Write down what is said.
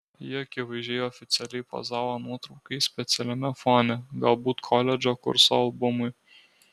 ji akivaizdžiai oficialiai pozavo nuotraukai specialiame fone galbūt koledžo kurso albumui